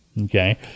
Okay